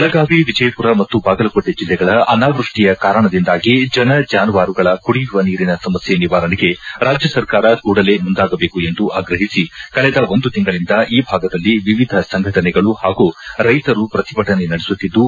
ಬೆಳಗಾವಿ ವಿಜಯಪುರ ಮತ್ತು ಬಾಗಲಕೋಟೆ ಜಿಲ್ಲೆಗಳ ಅನಾವೃಷ್ಟಿಯ ಕಾರಣದಿಂದಾಗಿ ಜನ ಜಾನುವಾರುಗಳ ಕುಡಿಯುವ ನೀರಿನ ಸಮಸ್ಕೆ ನಿವಾರಣೆಗೆ ರಾಜ್ಯ ಸರ್ಕಾರ ಕೂಡಲೇ ಮುಂದಾಗಬೇಕು ಎಂದು ಆಗ್ರಹಿಸಿ ಕಳೆದ ಒಂದು ತಿಂಗಳಿಂದ ಈ ಭಾಗದಲ್ಲಿ ವಿವಿಧ ಸಂಘಟನೆಗಳು ಹಾಗೂ ರೈತರು ಪ್ರತಿಭಟನೆ ನಡೆಸುತ್ತಿದ್ದು